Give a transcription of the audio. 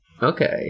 Okay